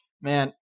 Man